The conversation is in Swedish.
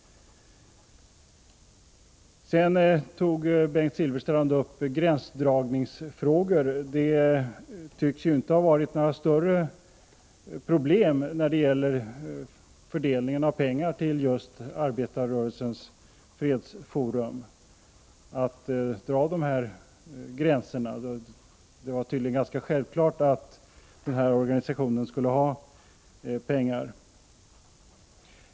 Vidare tog Bengt Silfverstrand upp gränsdragningsfrågor. Det tycks ju inte ha varit några större gränsdragningsproblem när det gäller fördelningen av pengar till Arbetarrörelsens fredsforum. Det var tydligen så gott som självklart att den här organisationen skulle få bidrag.